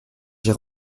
j’ai